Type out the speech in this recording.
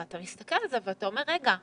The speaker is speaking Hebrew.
ואתה מסתכל על זה ואתה אומר רגע,